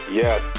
yes